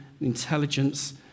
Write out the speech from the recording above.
intelligence